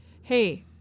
Hey